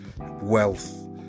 wealth